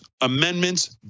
amendments